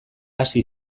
hasi